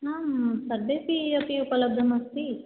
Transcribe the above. आं सर्वेऽपि अपि उपलब्धमस्ति